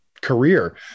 career